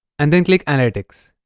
and then click analytics